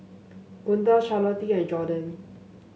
Gunda Charlottie and Jorden